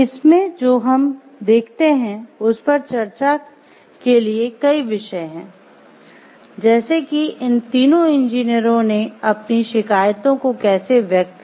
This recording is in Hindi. इसमें जो हम देखते हैं उस पर चर्चा के लिए कई विषय है जैसे कि इन तीनों इंजीनियरों ने अपनी शिकायतों को कैसे व्यक्त किया